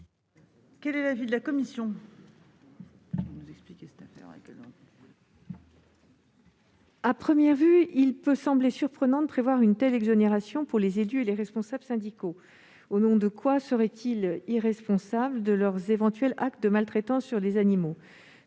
Quel est l'avis de la commission ? À première vue, il peut paraître surprenant de prévoir une exonération de peine pour les élus et les responsables syndicaux. Au nom de quoi seraient-ils irresponsables de leurs actes de maltraitance commis sur des animaux ?